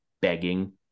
begging